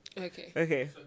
Okay